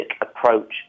approach